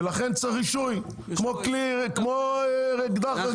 ולכן צריך רישוי כמו אקדח רגיל.